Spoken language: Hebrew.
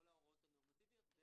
כל ההוראות הנורמטיביות.